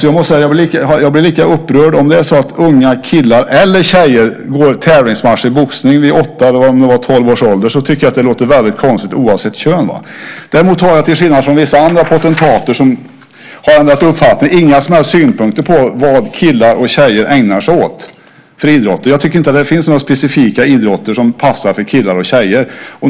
Jag måste säga att jag blir lika upprörd oavsett om det är unga killar eller tjejer som går tävlingsmatcher i boxning vid åtta eller om det var tolv års ålder. Jag tycker att det låter väldigt konstigt oavsett kön. Däremot har jag till skillnad från vissa andra potentater som har ändrat uppfattning inga som helst synpunkter på vilka idrotter som killar och tjejer ägnar sig åt. Jag tycker inte att det finns några idrotter som passar specifikt för killar eller för tjejer.